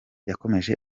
yakomeje